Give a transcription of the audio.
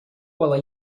while